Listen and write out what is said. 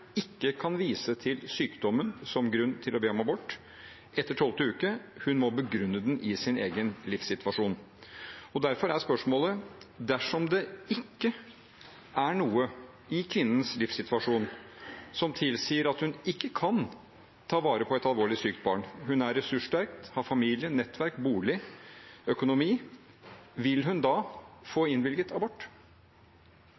ikke kan vise til sykdommen som grunn til å be om abort etter tolvte uke, hun må begrunne den i sin egen livssituasjon. Derfor er spørsmålet: Dersom det ikke er noe i kvinnens livssituasjon som tilsier at hun ikke kan ta vare på et alvorlig sykt barn – hun er ressurssterk, har familie, nettverk, bolig, økonomi – vil hun da få